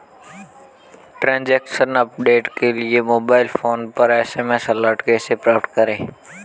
Transaction update के लिए mobile phone पर एस.एम.एस अलर्ट कैसे प्राप्त करें?